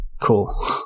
Cool